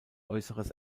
äußeres